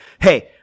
Hey